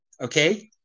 okay